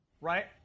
right